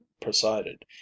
presided